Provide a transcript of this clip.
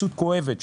התכווצות כואבת,